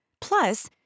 Plus